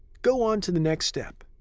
go on to the next step.